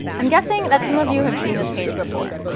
i'm guessing that some of you have seen this page before.